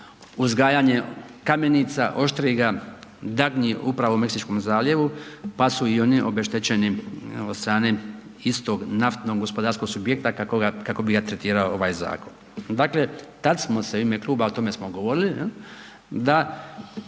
uzgajanje kamenica, oštriga, dagnji upravo u Meksičkom zaljevu pa su i oni obeštećeni od strane istog naftnog gospodarskog subjekta kako bi ga tretirao ovaj zakon. Dakle tada smo se u ime Kluba o tome smo govorili da